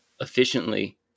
efficiently